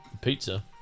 Pizza